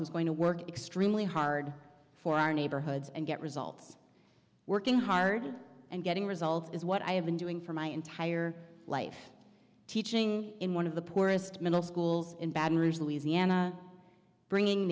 who's going to work extremely hard for our neighborhoods and get results working hard and getting results is what i have been doing for my entire life teaching in one of the poorest middle schools in baton rouge louisiana bringing